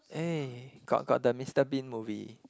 eh got got the Mister Bean movie